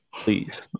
please